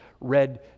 read